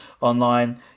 online